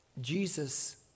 Jesus